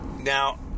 Now